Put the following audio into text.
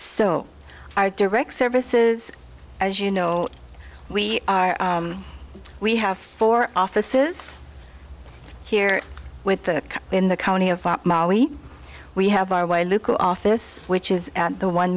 so our direct services as you know we are we have four offices here with the in the county of we we have our way local office which is the one